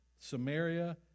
Samaria